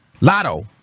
Lotto